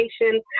education